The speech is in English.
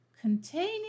containing